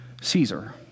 Caesar